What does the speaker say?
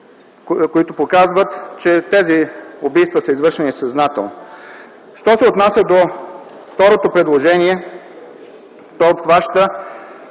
които показват, че тези убийства са извършени съзнателно. Що се отнася до второто предложение, то обхваща